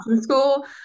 school